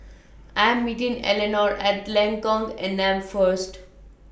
I Am meeting Eleanore At Lengkok Enam First